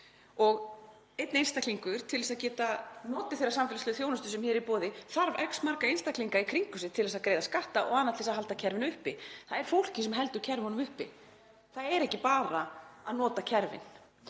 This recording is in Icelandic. upp af fólki. Til að geta notið þeirrar samfélagslegu þjónustu sem hér er í boði þarf X marga einstaklinga í kringum sig til að greiða skatta og annað til þess að halda kerfinu uppi. Það er fólkið sem heldur kerfunum uppi. Það er ekki bara að nota kerfin.